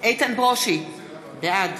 איתן ברושי, בעד